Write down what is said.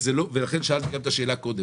ולכן שאלתי גם את השאלה קודם,